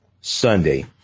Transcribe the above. Sunday